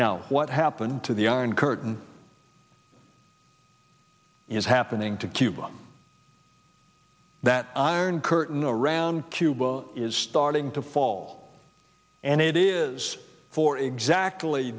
now what happened to the iron curtain is happening to cuba that iron curtain around cuba is starting to fall and it is for exactly